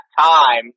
time